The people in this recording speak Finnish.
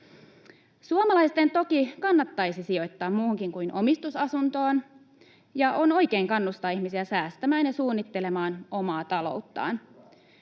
Suomalaisten toki kannattaisi sijoittaa muuhunkin kuin omistusasuntoon, ja on oikein kannustaa ihmisiä säästämään ja suunnittelemaan omaa talouttaan.